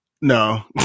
no